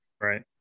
Right